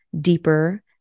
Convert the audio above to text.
deeper